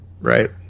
Right